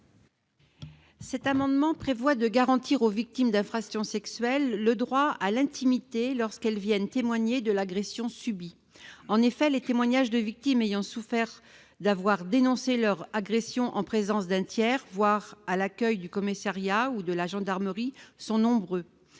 rectifié. Il s'agit de garantir aux victimes d'infractions sexuelles le droit à l'intimité lorsqu'elles viennent témoigner de l'agression subie. En effet, les témoignages de victimes ayant souffert d'avoir dénoncé leur agression en présence de tiers, voire à l'accueil du commissariat ou de la gendarmerie sont nombreux.